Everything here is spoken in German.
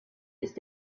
ist